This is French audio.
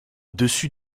dessus